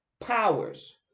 powers